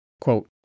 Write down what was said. Quote